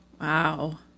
Wow